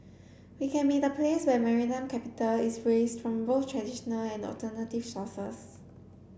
we can be the place where maritime capital is raised from both traditional and alternative sources